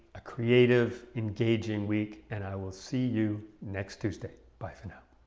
a creative engaging week, and i will see you next tuesday! bye, for now!